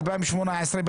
ב-2018,